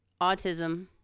autism